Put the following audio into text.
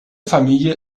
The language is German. familie